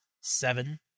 seven